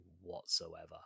whatsoever